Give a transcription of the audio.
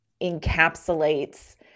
encapsulates